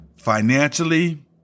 financially